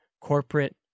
Corporate